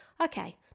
okay